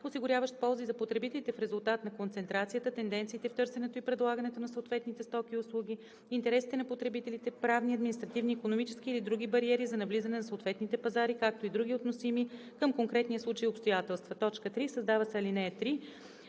осигуряващ ползи за потребителите в резултат на концентрацията, тенденциите в търсенето и предлагането на съответните стоки и услуги, интересите на потребителите, правни, административни, икономически или други бариери за навлизане на съответните пазари, както и други относими към конкретния случай обстоятелства.“ 3. Създава се ал. 3: